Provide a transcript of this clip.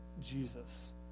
Jesus